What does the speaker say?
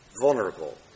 vulnerable